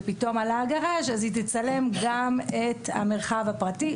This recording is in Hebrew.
היא תצלם גם את המרחב הפרטי,